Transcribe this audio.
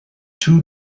two